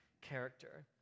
character